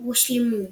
"רושלימום",